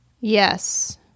Yes